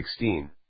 16